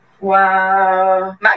Wow